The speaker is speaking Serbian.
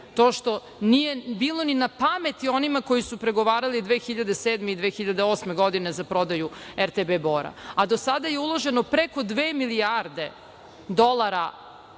To što nije bilo ni na pameti onima koji su pregovarali 2007. i 2008. godine za prodaju RTB Bora. A do sada je uloženo preko dve milijarde dolara